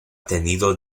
tenido